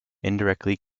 indirectly